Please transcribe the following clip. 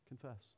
Confess